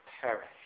perish